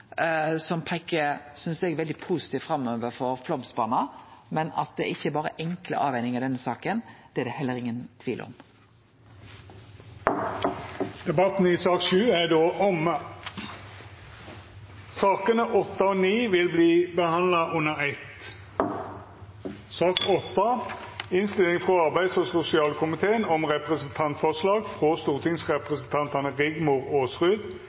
synest peiker veldig positivt framover for Flåmsbana, men at det ikkje berre er enkle avvegingar i denne saka, er det heller ingen tvil om. Interpellasjonsdebatten er då omme. Sakene nr. 8 og 9 vil verta behandla under eitt. Etter ynske frå arbeids- og sosialkomiteen